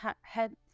head